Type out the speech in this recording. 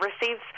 receives